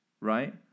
right